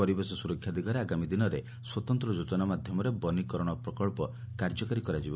ପରିବେଶ ସୁରକ୍ଷା ଦିଗରେ ଆଗାମୀ ଦିନରେ ସ୍ୱତନ୍ତ ଯୋଜନା ମାଧ୍ଧମରେ ବନୀକରଣ ପ୍ରକ୍ସ କାର୍ଯ୍ୟକାରୀ କରାଯିବ